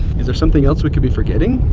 is there something else we could be forgetting?